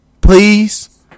please